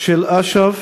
של אש"ף,